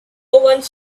one